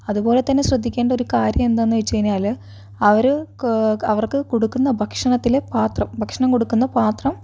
അതുപോലെ തന്നെ ശ്രദ്ധിക്കേണ്ട ഒരു കാര്യം എന്താ എന്ന് വെച്ച് കഴിഞ്ഞാല് അവര് അവർക്ക് കൊടുക്കുന്ന ഭക്ഷണത്തില് പാത്രം ഭക്ഷണം കൊടുക്കുന്ന പാത്രം